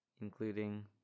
including